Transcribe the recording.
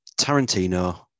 Tarantino